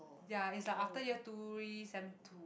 ya it's like after year two y~ sem two